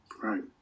Right